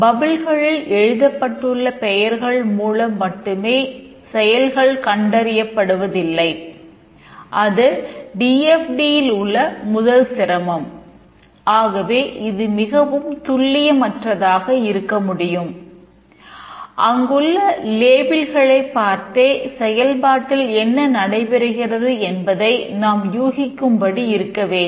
பப்பிளில் பார்த்தே செயல்பாட்டில் என்ன நடைபெறுகிறது என்பதை நாம் யூகிக்கும் படி இருக்க வேண்டும்